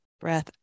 breath